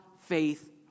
faith